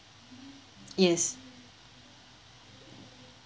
yes